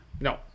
No